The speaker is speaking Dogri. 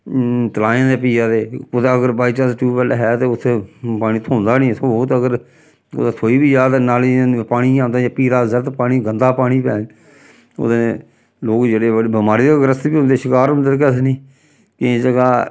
तलाएं दे पिया दे कुदै अगर बाईचांस ट्यूबैल्ल है ते उत्थै पानी थ्होंदा गै निं थ्होग ते अगर कुदै थ्होई बी जाऽ ते नालीं पानी इ'यां आंदा पीला जर्द पानी गंदा पानी पैं ओह्दे नै लोग जेह्ड़े बमारी दा ग्रस्त बी होंदे शकार होंदे केह् आखदे नी केईं ज'गा